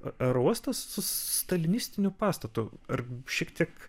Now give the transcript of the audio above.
aerouostas su stalinistiniu pastatu ar šiek tiek